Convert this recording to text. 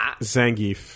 Zangief